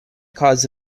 cause